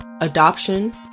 adoption